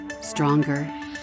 stronger